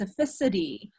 specificity